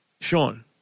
Sean